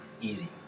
Easy